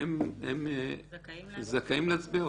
והם זכאים להצביע?